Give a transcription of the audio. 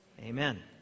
Amen